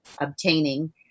obtaining